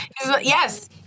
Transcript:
Yes